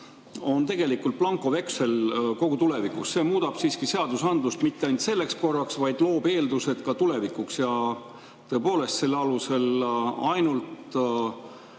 on tegelikult blankoveksel tulevikuks. See muudab seadusandlust mitte ainult selleks korraks, vaid loob eeldused ka tulevikuks. Tõepoolest, selle alusel ainult